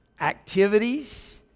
activities